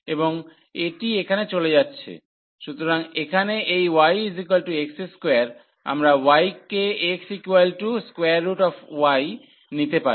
এবং এটি এখানে চলে যাচ্ছে সুতরাং এখানে এই yx2 আমরা y কে xy নিতে পারি